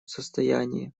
состоянии